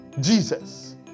Jesus